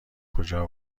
کجا